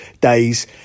days